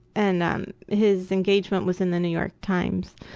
and um his engagement was in the new york times,